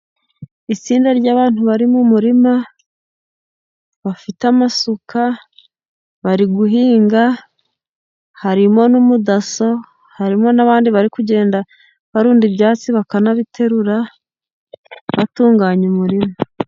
Itsinda ry'abantu bari mu umurima bafite amasuka, bari guhinga. Harimo n'umudaso, harimo n'abandi bari kugenda barunda ibyatsi bakanabiterura, batunganya umurima.